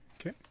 Okay